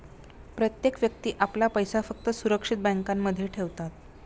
प्रत्येक व्यक्ती आपला पैसा फक्त सुरक्षित बँकांमध्ये ठेवतात